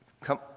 come